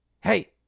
Hey